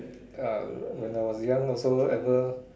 uh when I was young also ever